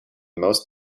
most